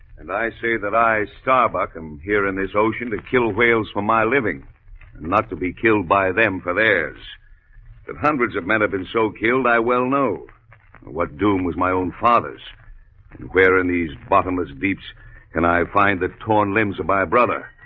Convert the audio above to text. and i say that i starbuck am here in this ocean to kill whales for my living and not to be killed by them for theirs that hundreds of men have been so killed. i well know what doom was my own father's and where in these bottomless beeps and i find that torn limbs by brother?